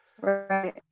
Right